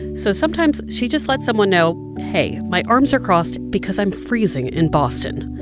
so sometimes she just lets someone know, hey, my arms are crossed because i'm freezing in boston,